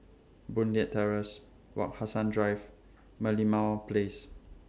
Boon Leat Terrace Wak Hassan Drive Merlimau Place